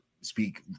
speak